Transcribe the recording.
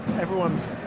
everyone's